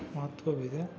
ಮಹತ್ವವಿದೆ